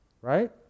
right